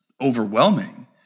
overwhelming